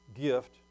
gift